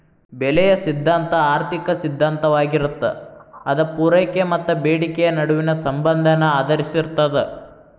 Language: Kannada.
ಬೆಲೆಯ ಸಿದ್ಧಾಂತ ಆರ್ಥಿಕ ಸಿದ್ಧಾಂತವಾಗಿರತ್ತ ಅದ ಪೂರೈಕೆ ಮತ್ತ ಬೇಡಿಕೆಯ ನಡುವಿನ ಸಂಬಂಧನ ಆಧರಿಸಿರ್ತದ